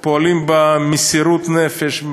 פועלים במסירות נפש.